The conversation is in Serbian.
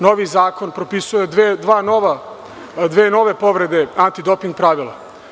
Novi zakon propisuje dve nove povrede antidoping pravila.